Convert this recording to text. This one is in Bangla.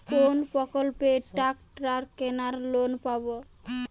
কোন প্রকল্পে ট্রাকটার কেনার লোন পাব?